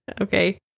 Okay